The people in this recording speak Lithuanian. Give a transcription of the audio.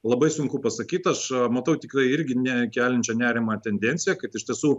labai sunku pasakyt aš matau tikrai irgi ne keliančia nerimą tendenciją kad iš tiesų